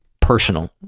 personal